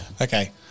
Okay